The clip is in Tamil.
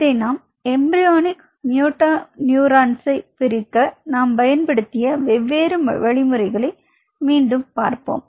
இதை நாம் எம்பிரியோனிக் மோட்டார் நியூரான்சை பிரிக்க நாம் பயன்படுத்திய வெவ்வேறு வழிமுறைகளை மீண்டும் பார்ப்போம்